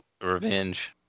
Revenge